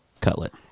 cutlet